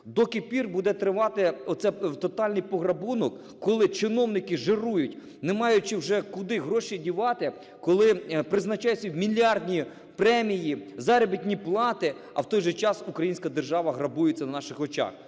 яких пір буде тривати оцей тотальний пограбунок, коли чиновники жирують, не маючи вже куди гроші дівати, коли призначають собі мільярдні премії, заробітні плати, а в той же час українська держава грабується на наших очах?